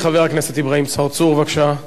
חבר הכנסת אברהים צרצור, בבקשה.